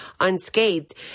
unscathed